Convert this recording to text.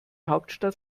hauptstadt